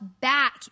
back